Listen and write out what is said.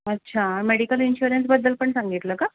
अच्छा मेडिकल इन्शुरनसबद्दल पण सांगितलं का